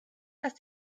dass